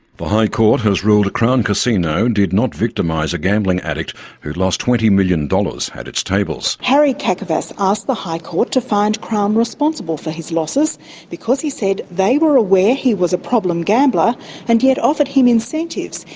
the high court has ruled crown casino did not victimise a gambling addict who lost twenty million dollars at its tables. harry kakavas asked the high court to find crown responsible for his losses because, he said, they were aware he was a problem gambler and yet offered him incentives,